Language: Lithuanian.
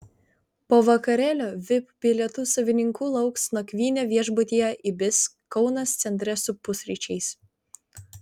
po vakarėlio vip bilietų savininkų lauks nakvynė viešbutyje ibis kaunas centre su pusryčiais